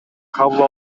кабыл